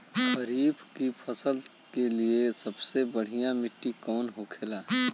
खरीफ की फसल के लिए सबसे बढ़ियां मिट्टी कवन होखेला?